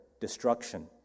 destruction